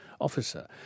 officer